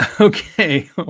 Okay